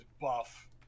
buff